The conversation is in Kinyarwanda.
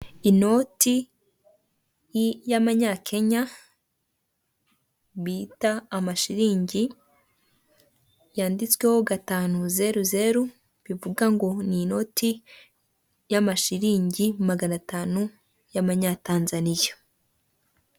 Inzu y'ubucuruzi m'ibara ry'ubururu, umuhondo yanditseho amagambo rebanoni hoteli utuyira tunyurwa mo n'abanyamaguru ibidukikije birimo indabo ndetse ibara ry'umukara n'umweru.